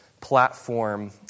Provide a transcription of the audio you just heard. platform